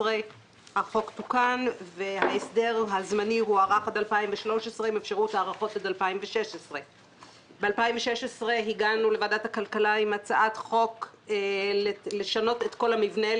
החוק תוקן וההסדר הזמני הוארך עד 2013 עם אפשרות הארכות עד 2016. בשנת 2016 הגענו לוועדת הכלכלה עם הצעת חוק לשנות את כל המבנה,